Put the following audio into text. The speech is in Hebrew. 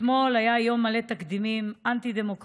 אתמול היה יום מלא תקדימים אנטי-דמוקרטיים,